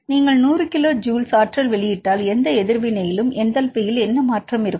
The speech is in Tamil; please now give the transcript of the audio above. நீங்கள் நூறு கிலோ ஜூல் ஆற்றல் வெளியிட்டால் எந்த எதிர்வினையிலும் என்டல்பியில் என்ன மாற்றம் இருக்கும்